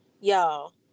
y'all